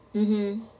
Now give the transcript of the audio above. mmhmm